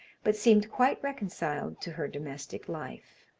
but seemed quite reconciled to her domestic life.